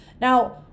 Now